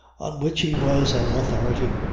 on which he was an authority.